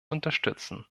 unterstützen